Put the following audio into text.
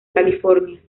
california